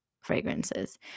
fragrances